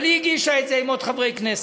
אבל היא הגישה את זה עם עוד חברי כנסת.